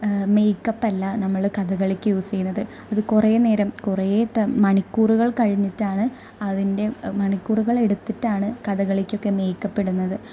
makeup നമ്മള് കഥകളിക്ക് use ചെയ്യുന്നത് അത് കുറെ നേരം കുറെ ത മണിക്കൂറുകള് കഴിഞ്ഞിട്ടാണ് അതിന്റെ മണിക്കൂറുകളെടുത്തിട്ടാണ് കഥകളിക്കൊക്കെ മേക്കപ്പിടുന്നത്